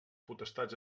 potestats